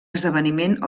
esdeveniment